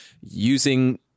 using